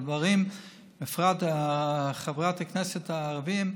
בפרט חברי הכנסת הערבים.